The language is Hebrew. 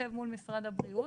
שנשב מול משרד הבריאות,